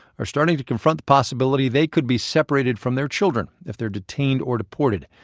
are starting to confront the possibility they could be separated from their children if they're detained or deported,